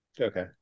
Okay